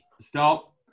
Stop